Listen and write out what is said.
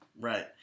Right